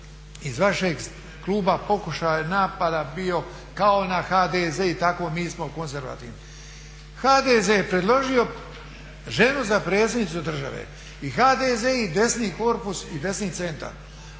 iz vašeg kluba pokušaj napada bio kao i na HDZ i tako mi smo konzervativni. HDZ je predložio ženu za predsjednicu države i HDZ i desni korpus i desni centar